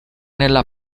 nella